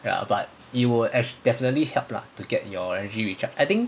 ya but it will definitely help lah to get your energy recharged I think